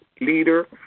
leader